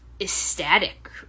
ecstatic